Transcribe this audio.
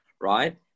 right